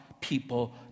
people